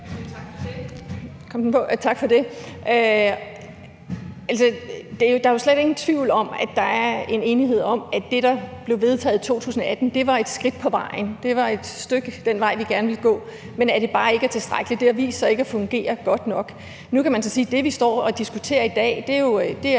Tak for det.